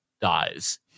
dies